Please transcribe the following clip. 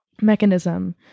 mechanism